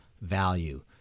value